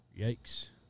Yikes